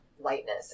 lightness